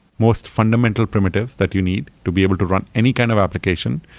most fundamental primitive that you need to be able to run any kind of application.